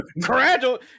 Gradual